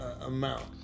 amount